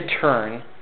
turn